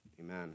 amen